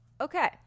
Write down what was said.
okay